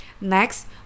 next